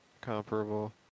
comparable